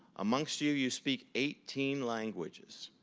amongst you, you speak eighteen languages.